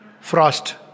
Frost